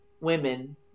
women